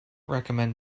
recommend